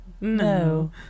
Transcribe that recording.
no